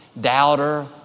Doubter